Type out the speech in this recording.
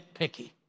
nitpicky